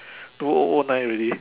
two o o nine already